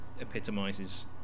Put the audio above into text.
epitomizes